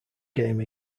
game